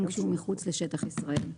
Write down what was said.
גם כשהוא מחוץ לשטח ישראל.